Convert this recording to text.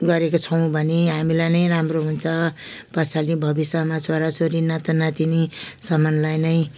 गरेको छौँ भने हामीलाई नै राम्रो हुन्छ पछाडि भविष्यमा छोराछोरी नातानातिनी सम्मलाई नै